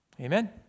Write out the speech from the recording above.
Amen